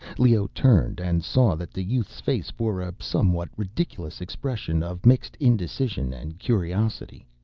leoh turned and saw that the youth's face bore a somewhat ridiculous expression of mixed indecision and curiosity.